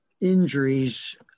injuries